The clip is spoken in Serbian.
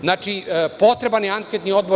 Znači, potreban je anketni odbor.